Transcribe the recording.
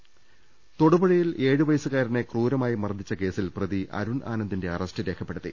രദേഷ്ടങ തൊടുപുഴയിൽ ഏഴുവയസ്സുകാർനെ ക്രൂരമായി മർദ്ദിച്ച കേസിൽ പ്രതി അരുൺ ആനന്ദിന്റെ അറസ്റ്റ് രേഖപ്പെടുത്തി